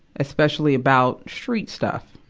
especially about street stuff,